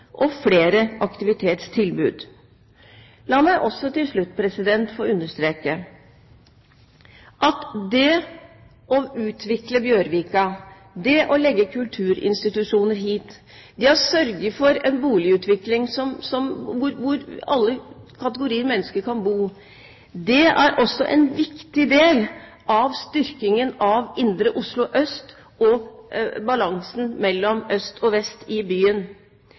og flere aktivitetstilbud. La meg til slutt få understreke at det å utvikle Bjørvika, det å legge kulturinstitusjoner der, det å sørge for en utvikling av boliger hvor alle kategorier mennesker kan bo, også er en viktig del av styrkingen av Oslo indre øst og balansen mellom øst og vest i byen